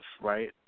right